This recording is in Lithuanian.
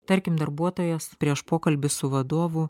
tarkim darbuotojas prieš pokalbį su vadovu